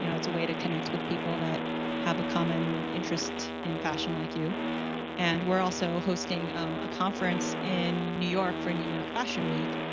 you know it's a way to connect with people that have a common interest in fashion like you and we're also hosting a conference in new york for new york fashion week.